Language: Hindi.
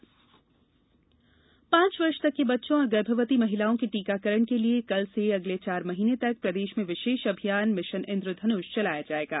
मिशन इंद्रधन्ष पाँच वर्ष तक के बच्चों और गर्भवती महिलाओं के टीकाकरण के लिए कल से आगामी चार माह तक प्रदेश में विशेष अभियान मिशन इन्द्रधनुष चलाया जायेगा